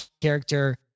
character